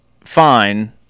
fine